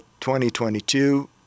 2022